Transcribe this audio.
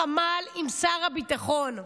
תמיד היה בחמ"ל עם שר הביטחון.